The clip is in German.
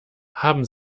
haben